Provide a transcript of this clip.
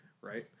right